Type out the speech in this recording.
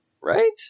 Right